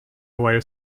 while